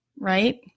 right